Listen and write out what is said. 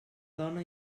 dona